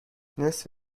نصف